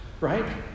right